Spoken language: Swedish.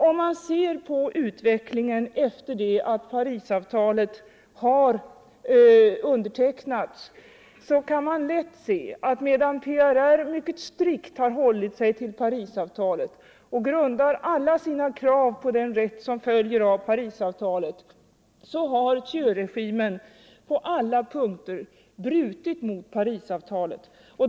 Om man ser på utvecklingen efter det att Parisavtalet undertecknats, kan man lätt se att medan PRR mycket strikt har hållit sig till Parisavtalet och grundar alla sina krav på den rätt som följer av Parisavtalet har Thieuregimen på alla punkter brutit mot Parisavtalet.